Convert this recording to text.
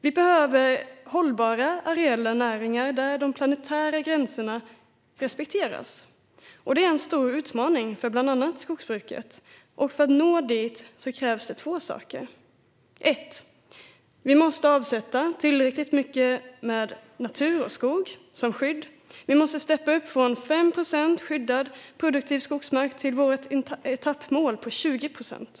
Vi behöver hållbara areella näringar där de planetära gränserna respekteras. Det är en stor utmaning för bland annat skogsbruket, och för att nå dit krävs det två saker. För det första: Vi måste avsätta tillräckligt mycket natur och skog som skydd. Vi måste steppa upp från 5 procent skyddad produktiv skogsmark till vårt etappmål på 20 procent.